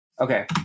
Okay